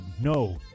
no